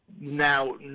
Now